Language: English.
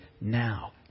now